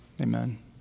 amen